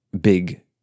big